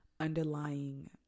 underlying